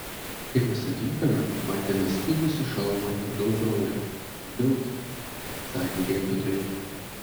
kai mes atvykome matėme skilusį šalmą ir daug kraujo bild sakė gelbėtojai